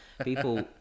People